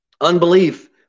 Unbelief